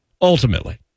Ultimately